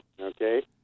okay